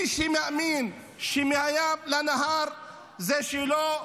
מי שמאמין שמהים לנהר זה שלו,